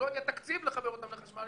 אם לא יהיה תקציב לחבר אותם לחשמל,